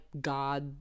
God